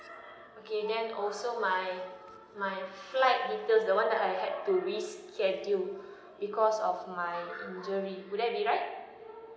okay then also my my flight return the one that I had to reschedule because of my injury would that be right